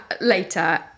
later